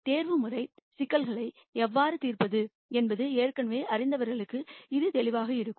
optimisation சிக்கல்களை எவ்வாறு தீர்ப்பது என்பது ஏற்கனவே அறிந்தவர்களுக்கு இது தெளிவாக இருக்கும்